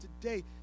today